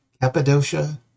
Cappadocia